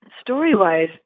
story-wise